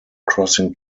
crossing